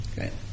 Great